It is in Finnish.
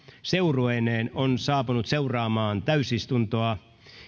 seurueineen on saapunut seuraamaan täysistuntoa